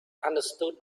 understood